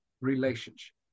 relationship